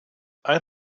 ein